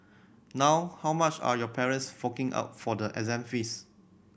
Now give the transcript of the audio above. now how much are your parents forking out for the exam fees